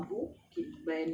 mmhmm